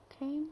K